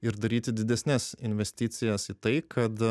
ir daryti didesnes investicijas į tai kad